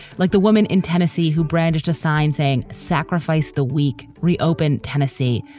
like the woman in tennessee who brandished a sign saying sacrificed the week reopened tennessee.